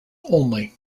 only